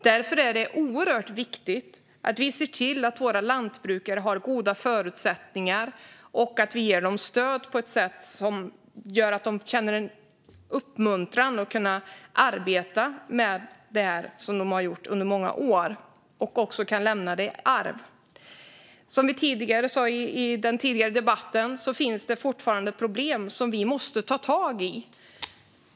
Därför är det oerhört viktigt att vi ser till att våra lantbrukare har goda förutsättningar och att vi ger dem ett sådant stöd att de känner en uppmuntran att arbeta med det de har gjort under många år och att de kan lämna det i arv. Som vi sa i den tidigare debatten finns det fortfarande problem som vi måste ta tag i.